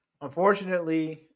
Unfortunately